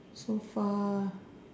so far